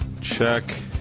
Check